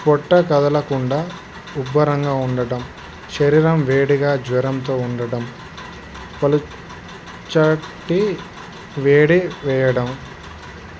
పొట్ట కదలకుండా ఉబ్బరంగా ఉండటం శరీరం వేడిగా జ్వరంతో ఉండటం పొలుచటి వేడి వేయడం